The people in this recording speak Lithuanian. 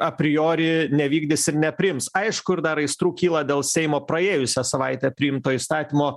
apriori nevykdys ir nepriims aišku ir dar aistrų kyla dėl seimo praėjusią savaitę priimto įstatymo